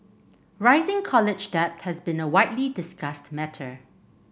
rising college debt has been a widely discussed matter